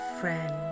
friend